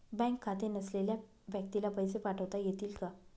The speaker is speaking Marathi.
बँक खाते नसलेल्या व्यक्तीला पैसे पाठवता येतील का?